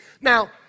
Now